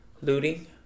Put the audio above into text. looting